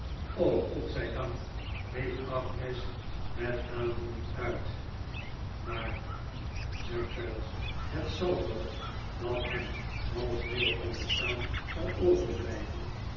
god zij dank riep agnes met aandavid copper field doening uit maar zei traddles het saldo dat hem als middel van bestaan zou overblijven